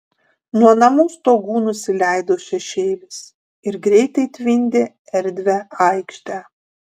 nuo namų stogų nusileido šešėlis ir greitai tvindė erdvią aikštę